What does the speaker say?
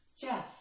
Jeff